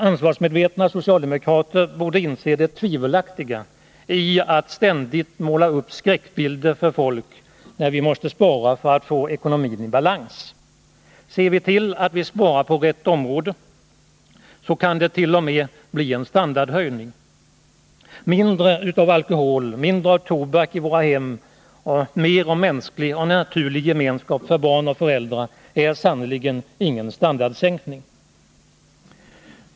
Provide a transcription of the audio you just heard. Ansvarsmedvetna socialdemokrater borde inse det tvivelaktiga i att ständigt måla upp skräckbilder för folk, när vi måste spara för att få ekonomin i balans. Ser vi till att vi sparar på rätt område, så kan det t.o.m. bli en standardhöjning. Mindre av alkohol, mindre av tobak i våra hem och mer av mänsklig och naturlig gemenskap för barn och föräldrar är sannerligen ingen standardsänkning.